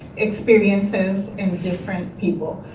experiences and different people.